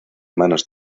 manos